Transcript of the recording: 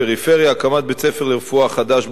הקמת בית-ספר לרפואה חדש בגליל,